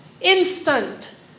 instant